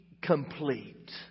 complete